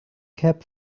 cap